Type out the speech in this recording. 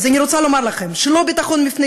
אז אני רוצה לומר לכם שלא ביטחון מפני